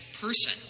person